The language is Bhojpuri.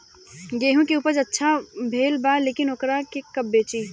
गेहूं के उपज अच्छा भेल बा लेकिन वोकरा के कब बेची?